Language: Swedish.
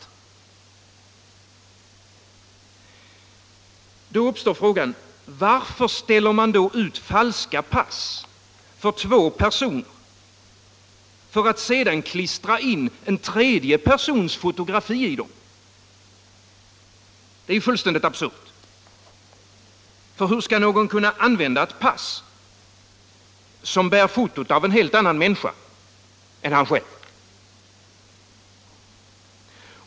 Och då uppstår frågan: Varför ställer man då ut falska pass för två personer, för att sedan klistra in en tredje persons fotografi i dem? Det är ju fullständigt absurt! Hur skall någon kunna använda ett pass som bär fotot av en helt annan människa än han själv?